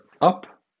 up